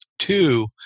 two